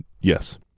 Yes